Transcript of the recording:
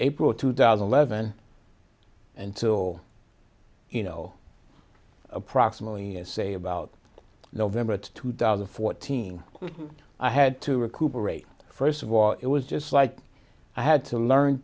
april two thousand and eleven until you know approximately say about november two thousand and fourteen i had to recuperate first of all it was just like i had to learn